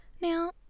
now